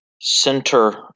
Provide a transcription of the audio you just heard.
center